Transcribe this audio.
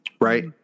right